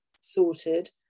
sorted